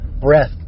breath